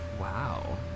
wow